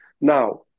Now